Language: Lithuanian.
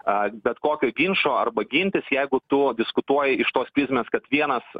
a bet kokio ginčo arba gintis jeigu tu diskutuoji iš tos prizmės kad vienas